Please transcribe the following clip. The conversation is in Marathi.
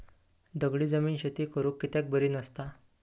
दगडी जमीन शेती करुक कित्याक बरी नसता?